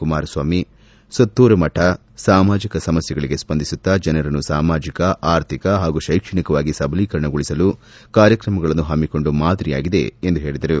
ಕುಮಾರಸ್ವಾಮಿ ಸುತ್ತೂರು ಮಠ ಸಾಮಾಜಿಕ ಸಮಸ್ಥೆಗಳಿಗೆ ಸ್ಪಂದಿಸುತ್ತಾ ಜನರನ್ನು ಸಾಮಾಜಿಕ ಆರ್ಥಿಕ ಹಾಗೂ ಶೈಕ್ಷಣಿಕವಾಗಿ ಸಬಲೀಕರಣಗೊಳಿಸಲು ಕಾರ್ಯಕ್ರಮಗಳನ್ನು ಹಮ್ಮಿಕೊಂಡು ಮಾದರಿಯಾಗಿದೆ ಎಂದು ಹೇಳಿದರು